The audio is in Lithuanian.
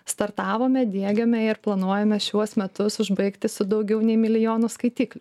startavome diegiame ir planuojame šiuos metus užbaigti su daugiau nei milijonu skaitiklių